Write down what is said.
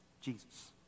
Jesus